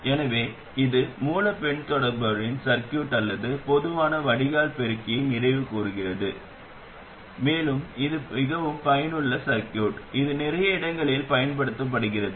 எனவே இது மூலப் பின்தொடர்பவரின் சர்கியூட் அல்லது பொதுவான வடிகால் பெருக்கியை நிறைவு செய்கிறது மேலும் இது மிகவும் பயனுள்ள சர்கியூட் இது நிறைய இடங்களில் பயன்படுத்தப்படுகிறது